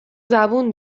زبون